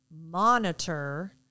monitor